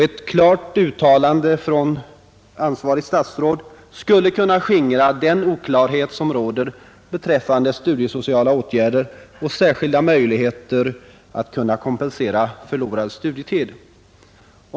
Ett klart uttalande från ett ansvarigt statsråd skulle kunna skingra den oklarhet som råder beträffande studiesociala åtgärder och möjligheten att kompensera förlorad studietid.